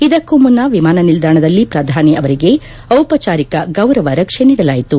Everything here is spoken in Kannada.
ಇದಕ್ಕೂ ಮುನ್ನ ವಿಮಾನ ನಿಲ್ಲಾಣದಲ್ಲಿ ಪ್ರಧಾನಿ ಅವರಿಗೆ ದಿಪಚಾರಿಕ ಗೌರವ ರಕ್ಷೆ ನೀಡಲಾಯಿತು